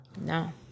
no